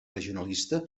regionalista